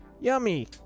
Yummy